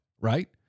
right